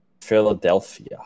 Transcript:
Philadelphia